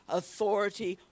authority